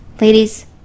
Ladies